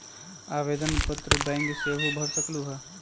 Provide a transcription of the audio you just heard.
आवेदन पत्र बैंक सेहु भर सकलु ह?